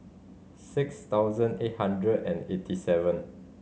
six thousand eight hundred and eighty seven